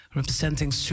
representing